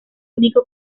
único